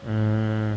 mm